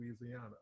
Louisiana